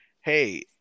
hey